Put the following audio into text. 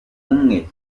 umwe